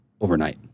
overnight